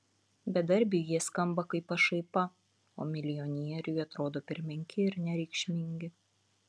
bedarbiui jie skamba kaip pašaipa o milijonieriui atrodo per menki ir nereikšmingi